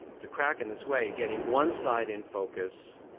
the crack in this way, getting one side in focus